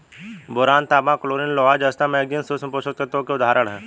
boron, तांबा, chlorine, लोहा, जस्ता, मैंगनीज सूक्ष्म पोषक तत्वों के उदाहरण हैं